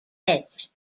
edge